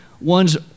one's